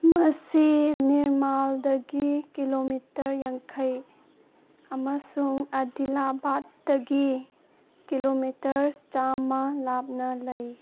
ꯃꯁꯤ ꯅꯤꯔꯃꯥꯜꯗꯒꯤ ꯀꯤꯂꯣꯃꯤꯇꯔ ꯌꯥꯡꯈꯩ ꯑꯃꯁꯨꯡ ꯑꯥꯗꯤꯂꯥꯕꯥꯠꯇꯒꯤ ꯀꯤꯂꯣꯃꯤꯇꯔ ꯆꯥꯝꯃ ꯂꯥꯞꯅ ꯂꯩ